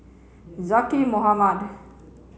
Zaqy Mohamad